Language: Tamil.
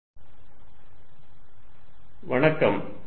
மின்புலம் என்றால் என்ன